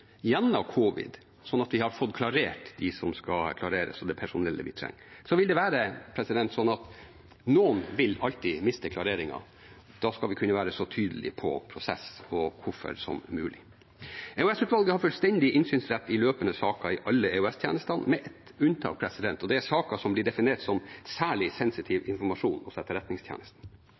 gjennom covid-19-pandemien, slik at vi har fått klarert dem som skal klareres, og det personellet vi trenger. Så vil det være sånn at noen vil alltid miste klareringen. Da skal vi kunne være så tydelige på prosess og hvorfor som mulig. EOS-utvalget har fullstendig innsynsrett i løpende saker i alle EOS-tjenestene, med ett unntak, og det er saker som blir definert som særlig sensitiv informasjon hos Etterretningstjenesten.